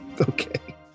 Okay